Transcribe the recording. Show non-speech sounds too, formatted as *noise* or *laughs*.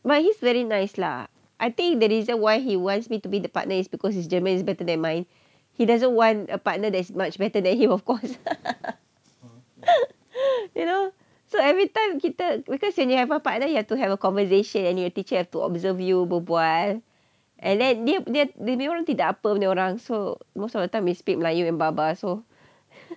but he's very nice lah I think the reason why he wants me to be the partner is because his german is better than mine he doesn't want a partner that is much better than him of course *laughs* you know so every time kita because when you have a partner you have to have a conversation and your teacher have to observe you berbual and then dia dia dia punya orang tidak apa punya orang so most of the time we speak melayu and baba so